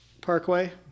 parkway